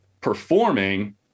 performing